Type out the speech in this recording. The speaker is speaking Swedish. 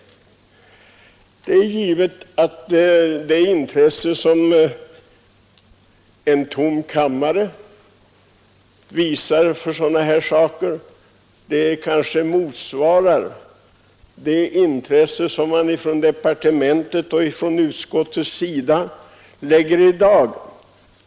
Det intresse som en tom kammare visar för sådana här saker kanske motsvarar det intresse som man från departementets och utskottets sida lägger i dagen.